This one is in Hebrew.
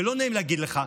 ולא נעים להגיד לך,